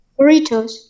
Burritos